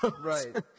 Right